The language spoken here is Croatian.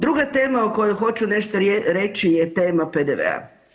Druga tema o kojoj hoću nešto reći je tema PDV-a.